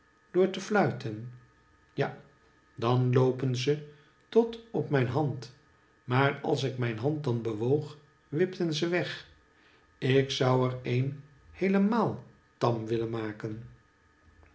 door ze te fluiten ja dan loopen ze tot op mijn hand maar als ik mijn hand dan bewoog wipten ze weg ik zou er een heelemaal tarn willen maken